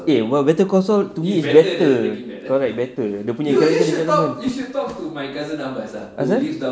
eh but better call saul to me is better correct better dia punya jalan cerita lama asal